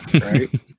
right